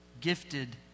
gifted